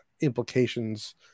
implications